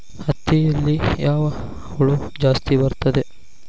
ಹತ್ತಿಯಲ್ಲಿ ಯಾವ ಹುಳ ಜಾಸ್ತಿ ಬರುತ್ತದೆ?